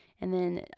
and then,